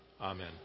Amen